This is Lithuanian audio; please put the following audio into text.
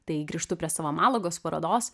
tai grįžtu prie savo malagos parodos